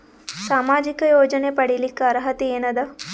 ಸಾಮಾಜಿಕ ಯೋಜನೆ ಪಡಿಲಿಕ್ಕ ಅರ್ಹತಿ ಎನದ?